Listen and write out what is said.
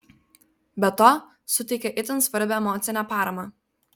be to suteikia itin svarbią emocinę paramą